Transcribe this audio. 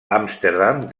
amsterdam